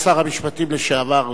שר המשפטים לשעבר,